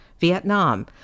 Vietnam